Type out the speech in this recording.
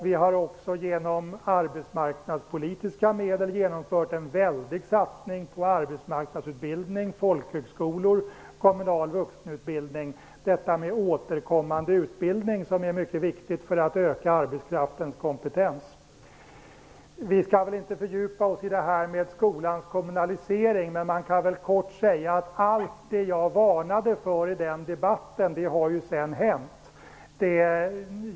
Vi har också genom arbetsmarknadspolitiska medel genomfört en väldig satsning på arbetsmarknadsutbildning, folkhögskolor och kommunal vuxenutbildning, dvs. sådan återkommande utbildning som är mycket viktig för att öka arbetskraftens kompetens. Vi skall väl inte fördjupa oss i frågan om skolans kommunalisering, men man kan väl kort säga att allt det jag varnade för i den debatten sedan har hänt.